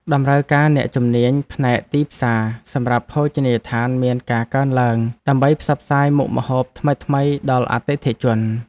ការរៀនសូត្រពីបច្ចេកទេសចម្អិនម្ហូបទំនើបៗជួយឱ្យមេចុងភៅអាចអភិវឌ្ឍខ្លួនបានកាន់តែលឿនក្នុងអាជីពនេះ។